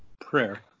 Prayer